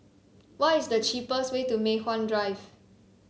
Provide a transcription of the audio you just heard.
what is the cheapest way to Mei Hwan Drive